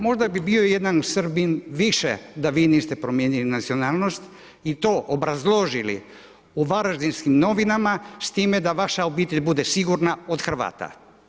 Možda bi bio jedan Srbin više da vi niste promijenili nacionalnost i to obrazložili u Varaždinskim novinama s time da vaša obitelj bude sigurna od Hrvata.